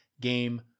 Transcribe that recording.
game